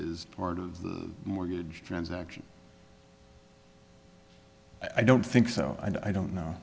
is part of the mortgage transaction i don't think so and i don't know